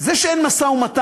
זה שאין משא-ומתן,